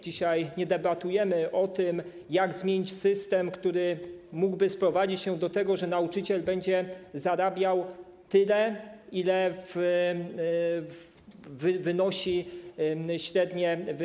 Dzisiaj nie debatujemy o tym, jak zmienić system, który mógłby sprowadzić się do tego, że nauczyciel będzie zarabiał tyle, ile wynosi średnie.